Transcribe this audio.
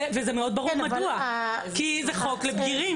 וברור מדוע - כי זה חוק לבגירים.